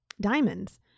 diamonds